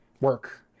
work